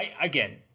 Again